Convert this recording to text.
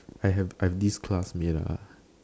I have I have this classmate ah